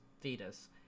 fetus